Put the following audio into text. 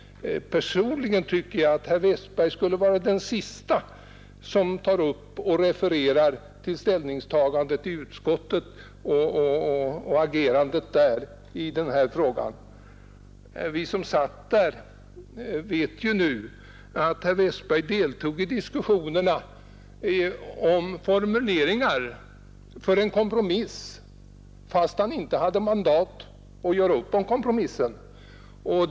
Personligen tycker jag att herr Westberg skulle vara den siste som refererar utskottets arbete och sitt agerande i denna fråga. Vi som var med i utskottsarbetet vet att herr Westberg deltog i diskussionerna om formuleringarna i en kompromiss, fastän han inte hade mandat att göra upp om en kompromiss.